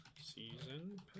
season